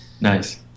Nice